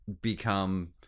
become